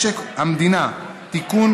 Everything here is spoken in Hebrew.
משק המדינה (תיקון,